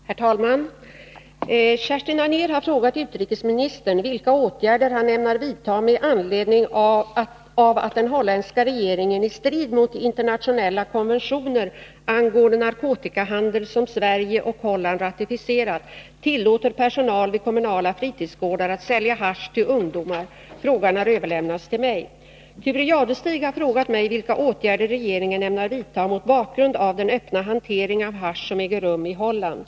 Herr talman! Kerstin Anér har frågat utrikesministern vilka åtgärder han ämnar vidta med anledning av att den holländska regeringen, i strid mot de internationella konventioner angående narkotikahandel som Sverige och Holland ratificerat, tillåter personal vid kommunala fritidsgårdar att sälja hasch till ungdomar. Frågan har överlämnats till mig. Thure Jadestig har frågat mig vilka åtgärder regeringen ämnar vidta mot bakgrund av den öppna hantering av hasch som äger rum i Holland.